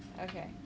Okay